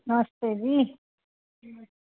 नमस्ते जी